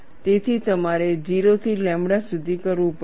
તેથી તમારે તે 0 થી લેમ્બડા સુધી કરવું પડશે